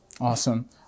Awesome